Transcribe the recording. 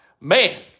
Man